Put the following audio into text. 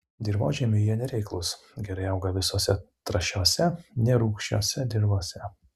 dirvožemiui jie nereiklūs gerai auga visose trąšiose nerūgščiose dirvose